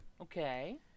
Okay